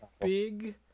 big